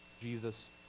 Jesus